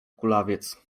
kulawiec